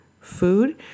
food